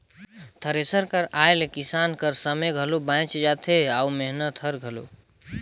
thresher कर आए ले किसान कर समे घलो बाएच जाथे अउ मेहनत हर घलो